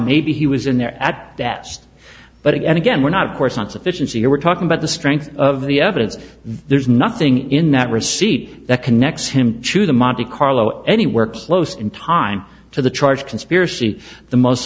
maybe he was in there at bats but again again we're not of course on sufficiency or we're talking about the strength of the evidence there's nothing in that receipt that connects him to the monte carlo anywhere close in time to the charge conspiracy the most